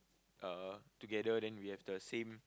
uh together then we have the same